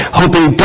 hoping